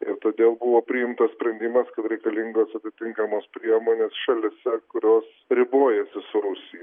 ir todėl buvo priimtas sprendimas kad reikalingos atitinkamos priemonės šalyse kurios ribojasi su rusija